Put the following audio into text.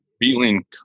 feeling